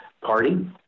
party